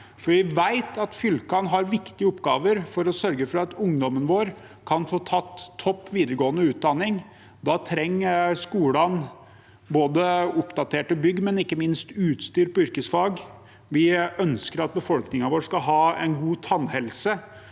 for vi vet at fylkene har viktige oppgaver med å sørge for at ungdommen vår kan få tatt topp videregående utdanning. Da trenger skolene både oppdaterte bygg og ikke minst utstyr på yrkesfag. Vi ønsker at befolkningen vår skal ha en god tannhelse.